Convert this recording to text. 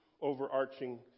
overarching